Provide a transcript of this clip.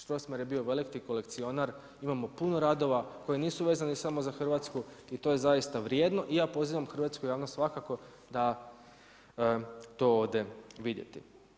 Strossmayer je bio veliki kolekcionar, imamo puno radova koji nisu vezani samo za Hrvatsku i to je zaista vrijedno i ja pozivam hrvatsku javnost svakako da to ode vidjeti.